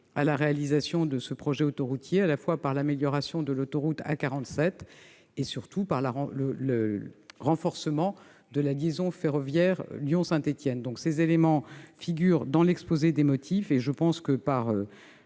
la réalisation de ce projet autoroutier : à la fois l'amélioration de l'autoroute A 47 et, surtout, le renforcement de la liaison ferroviaire Lyon-Saint-Étienne. Ces éléments figurant dans l'exposé des motifs, je propose, par